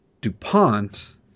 Dupont